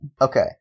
okay